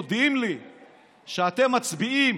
מודיעים לי שאתם מצביעים